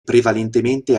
prevalentemente